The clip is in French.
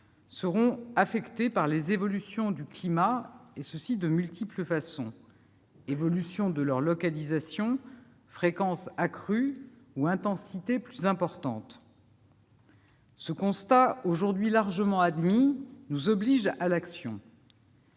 -seront affectés par les évolutions du climat, et ce de multiples façons : évolution de leur localisation, fréquence accrue ou intensité plus importante. Ce constat, aujourd'hui largement admis, nous oblige à l'action.